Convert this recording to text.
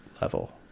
level